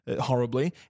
horribly